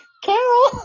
Carol